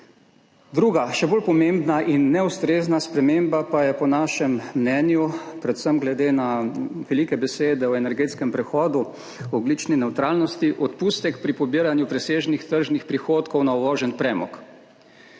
Druga, še bolj pomembna in neustrezna sprememba pa je po našem mnenju predvsem glede na velike besede o energetskem prehodu, ogljični nevtralnosti, odpustek pri pobiranju presežnih tržnih prihodkov na uvožen premog,